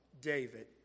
David